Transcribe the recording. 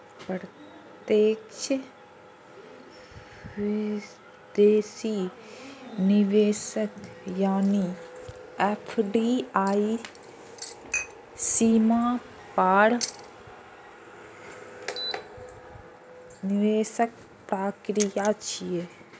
प्रत्यक्ष विदेशी निवेश यानी एफ.डी.आई सीमा पार निवेशक प्रक्रिया छियै